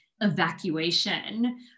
evacuation